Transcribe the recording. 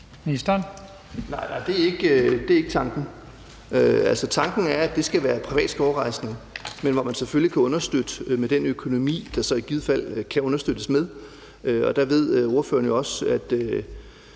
det er ikke tanken. Altså, tanken er, at det skal være privat skovrejsning, men hvor man selvfølgelig kan understøtte med den økonomi, som man i givet fald kan understøtte med. Der ved ordføreren også, at